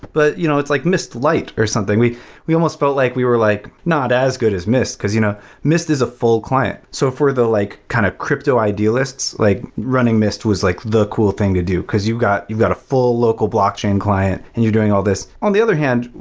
but you know it's like mist lite or something. we we almost felt like we were like not as good as mist, because you know mist is a full client. so for the like kind of crypto-idealists, like running mist was like the cool thing to do, because you've got you've got a full local blockchain client and you're doing all these on the other hand,